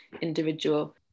individual